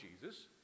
Jesus